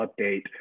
update